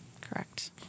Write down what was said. Correct